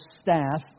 staff